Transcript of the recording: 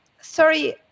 sorry